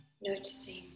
noticing